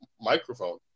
microphone